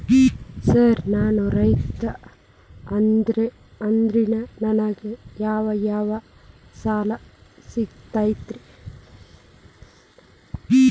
Sir ನಾನು ರೈತ ಅದೆನ್ರಿ ನನಗ ಯಾವ್ ಯಾವ್ ಸಾಲಾ ಸಿಗ್ತೈತ್ರಿ?